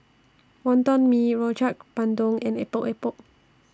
Wonton Mee Rojak Bandung and Epok Epok